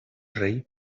rei